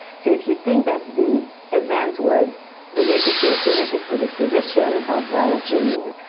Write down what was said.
so if you think that the event was related to a genetic predisposition of a gene,